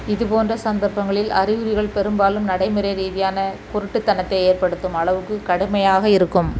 இதுபோன்ற சந்தர்ப்பங்களில் அறிகுறிகள் பெரும்பாலும் நடைமுறை ரீதியான குருட்டுத்தனத்தை ஏற்படுத்தும் அளவுக்கு கடுமையாக இருக்கும்